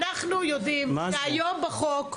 אנחנו יודעים שהיום בחוק,